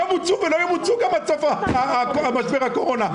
לא מוצו ולא ימוצו גם עד סוף משבר הקורונה,